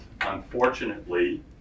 unfortunately